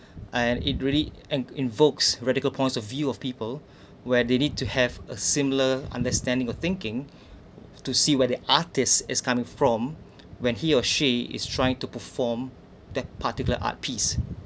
and it really and invokes radical points of view of people where they need to have a similar understanding or thinking to see where the artist is coming from when he or she is trying to perform that particular art piece